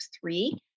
three